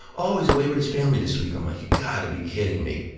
oh, he's away with his family this week. i'm like, you gotta be kidding me.